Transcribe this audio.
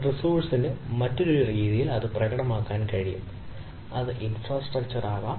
റിസോഴ്സ്സിനു മറ്റൊരു രീതിയിൽ പ്രകടമാകാൻ കഴിയും അത് ഇൻഫ്രാസ്ട്രക്ചർ ആകാം